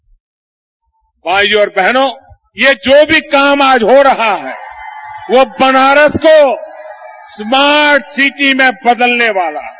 bite भाइयों और बहनों ये जो भी काम आज रहा है वह बनारस को स्मार्ट सिटी में बदलने वाला है